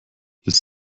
ist